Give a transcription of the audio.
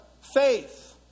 faith